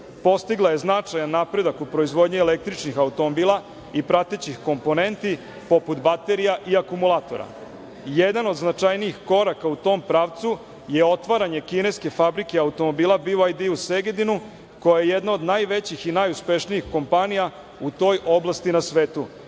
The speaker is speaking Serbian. Postigla je značajan napredak u proizvodnji električnih automobila i pratećih komponenti poput baterija i akumulatora. Jedan od značajnijih koraka u tom pravcu je otvaranje kineske fabrike automobila BYD u Segedinu, koja je jedna od najvećih i najuspešnijih kompanija u toj oblasti na svetu.